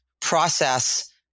process